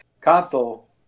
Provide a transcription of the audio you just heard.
console